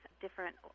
different